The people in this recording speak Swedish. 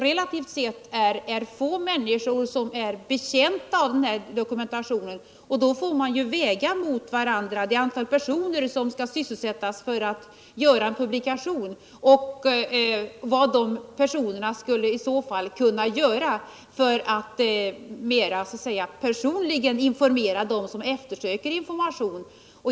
Relativt sett är det få människor som är betjänta av sådan dokumentation, och därför får man väga mot varandra det antal personer som skall sysselsättas för att framställa en publikation och vad de personerna i så fall skulle kunna göra för att mera personligen informera dem som eftersöker information.